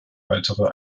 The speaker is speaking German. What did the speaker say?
weitere